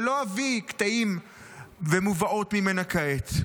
ולא אביא קטעים ומובאות ממנה כעת.